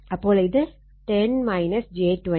അപ്പോൾ ഇത് 10 j 20